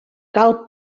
cal